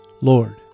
Lord